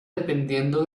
dependiendo